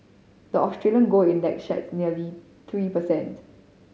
the Australian gold index shed nearly three percent